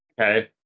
Okay